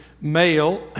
male